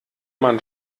man